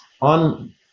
on